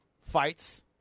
fights